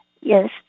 Yes